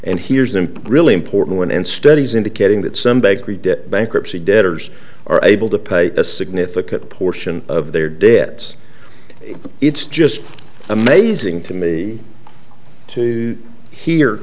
and here's the really important one and studies indicating that some degree debt bankruptcy debtors are able to pay a significant portion of their debts it's just amazing to me to hear